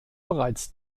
bereits